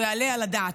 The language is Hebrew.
לא יעלה על הדעת.